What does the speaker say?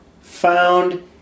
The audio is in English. Found